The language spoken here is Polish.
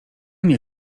nie